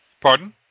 Pardon